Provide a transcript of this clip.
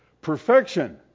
perfection